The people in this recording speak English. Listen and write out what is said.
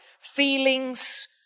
feelings